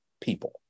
people